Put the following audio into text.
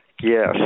Yes